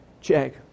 check